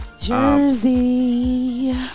jersey